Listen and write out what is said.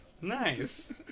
Nice